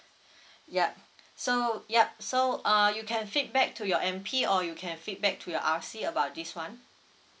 yup so yup so uh you can feedback to your M_P or you can feedback to your R_C about this one